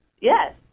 Yes